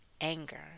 anger